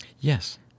Yes